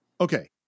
Okay